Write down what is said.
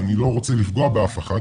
אני לא רוצה לפגוע באף אחת,